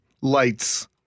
lights